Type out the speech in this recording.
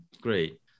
great